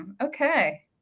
Okay